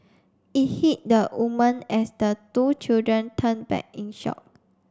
it hit the woman as the two children turned back in shock